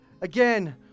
again